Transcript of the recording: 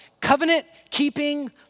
covenant-keeping